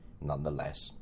nonetheless